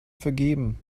vergeben